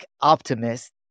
optimist